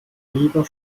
lieber